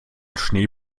schnee